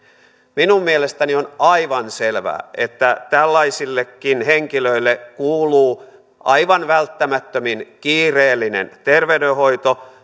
minun mielestäni on aivan selvää että tällaisillekin henkilöille kuuluu aivan välttämättömin kiireellinen terveydenhoito